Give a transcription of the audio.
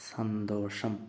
സന്തോഷം